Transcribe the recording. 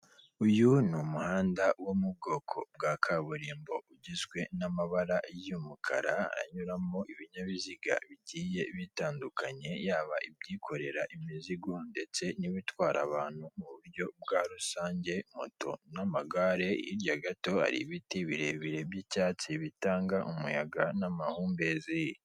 Uyu ni umuhanda wo mu bwoko bwa kaburimbo, ugizwe n'amabara y'umukara, anyuramo ibinyabiziga bigiye bitandukanye, yaba ibyikorera imizigo ndetse n'ibitwara abantu mu buryo bwa rusange, moto n'amagare, hirya gato hari ibiti birebire by'icyatsi, bitanga umuyaga n'amahumbezi.